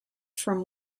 from